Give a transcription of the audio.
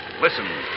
Listen